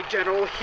General